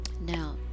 now